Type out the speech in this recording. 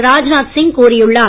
ராஜ்நாத் சிங் கூறியுள்ளார்